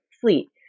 fleet